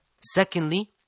Secondly